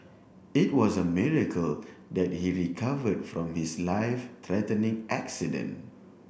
it was a miracle that he recovered from his life threatening accident